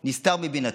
זה נסתר מבינתי.